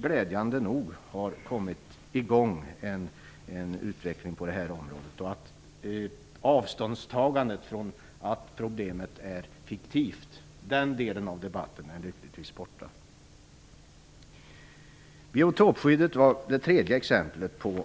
Glädjande nog har dock en utveckling kommit i gång på detta område. Debatten är lyckligtvis borta i den mån det gäller att ta avstånd från att problemet är fiktivt. Biotopskyddet: Biotopskyddet är det tredje exemplet på